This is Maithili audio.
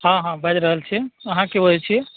हंँ हंँ बाजि रहल छी अहाँ केेँ बजय छिऐ